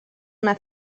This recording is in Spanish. una